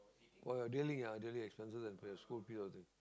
for your daily ah daily expenses and for your school fees all this